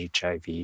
HIV